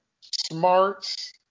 smarts